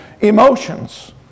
emotions